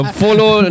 follow